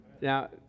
Now